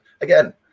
again